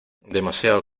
demasiado